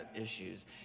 issues